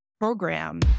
program